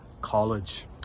college